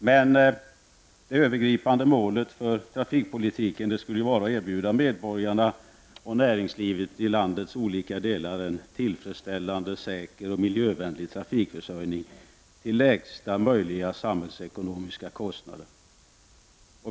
Men det övergripande målet för trafikpolitiken skulle ju vara att erbjuda medborgarna och näringslivet i landets olika delar en tillfredsställande, säker och miljövänlig trafikförsörjning till lägsta möjliga samhällsekonomiska kostnader.